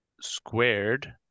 squared